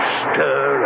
stir